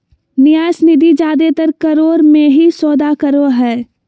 न्यास निधि जादेतर करोड़ मे ही सौदा करो हय